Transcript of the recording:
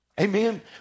Amen